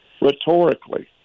rhetorically